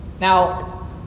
Now